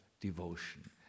Devotion